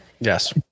Yes